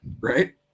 right